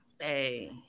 hey